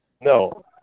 No